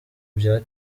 bya